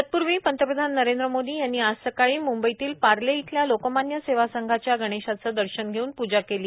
तत्पूर्वी पंतप्रधान नरेंद्र मोदी यांनी आज सकाळी म्ंबईतील पारले इथल्या लोकमान्य सेवा संघाच्या गणेशाचे दर्शन घेऊन पूजा केली